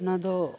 ᱱᱚᱣᱟ ᱫᱚ